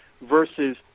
versus